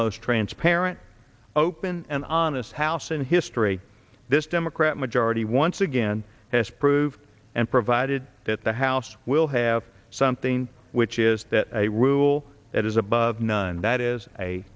most transparent open and honest house in history this democrat majority once again has proved and provided that the house will have something which is a rule that is above none that is a